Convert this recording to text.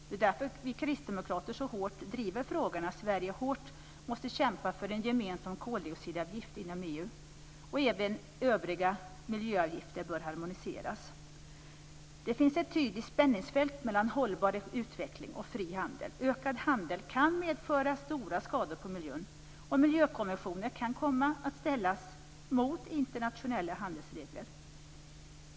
Det är därför vi kristdemokrater så hårt driver att Sverige måste kämpa hårt för en gemensam koldioxidavgift inom EU. Även övriga miljöavgifter bör harmoniseras. Det finns ett tydligt spänningsfält mellan hållbar utveckling och fri handel. Ökad handel kan medföra stora skador på miljön, och miljökonventioner kan komma att ställas mot internationella handelsregler.